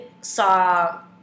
saw